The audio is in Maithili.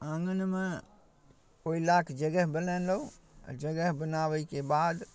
आँगनमे ओहि लऽ कऽ जगह बनेलहुँ आओर जगह बनाबैके बाद